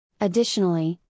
Additionally